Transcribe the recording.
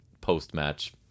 post-match